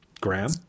Graham